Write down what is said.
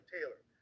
Taylor